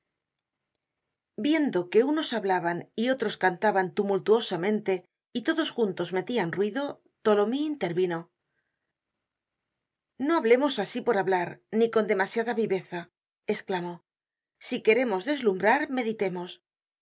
viendo que unos hablaban y otros cantaban tumultuosamente y todos juntos metian ruido tholomyes intervino no hablemos asi por hablar ni con demasiada viveza esclamó si queremos deslumbrar meditemos